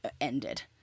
ended